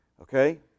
okay